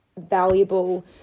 valuable